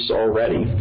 already